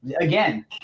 again